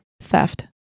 Theft